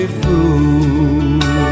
fool